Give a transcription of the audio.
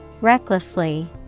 Recklessly